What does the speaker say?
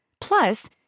Plus